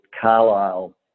Carlisle